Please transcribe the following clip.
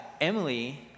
Emily